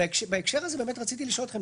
בהקשר הזה רציתי לשאול אתכם.